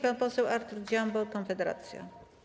Pan poseł Artur Dziambor, Konfederacja.